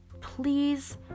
please